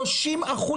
תראו,